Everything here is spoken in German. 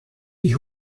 die